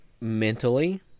Mentally